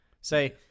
Say